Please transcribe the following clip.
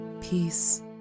Peace